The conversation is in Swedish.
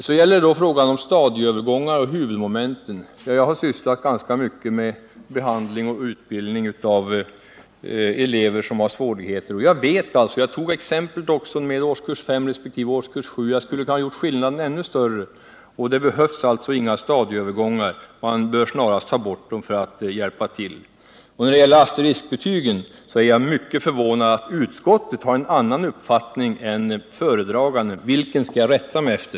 Sedan till frågan om stadieövergångar och huvudmomenten. Jag har sysslat ganska mycket med behandling och utbildning av elever med svårigheter. Jag tog exemplet med årskurs 5 och årskurs 7 men skulle ha kunnat göra skillnaden ännu större. Det behövs ingen stadiedelning av huvudmomenten. Man bör snarast ta bort den. Beträffande asteriskbetygen måste jag säga att jag är mycket förvånad över att utskottet har en annan uppfattning än föredraganden. Vem skall jag rätta mig efter?